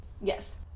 Yes